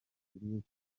z’ubuyobozi